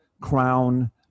crown